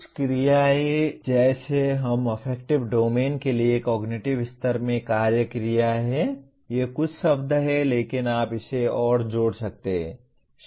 कुछ क्रिया क्रियाएं जैसे कि हम अफेक्टिव डोमेन के लिए कॉग्निटिव स्तर में कार्य क्रिया हैं ये कुछ शब्द हैं लेकिन आप इसे और जोड़ सकते हैं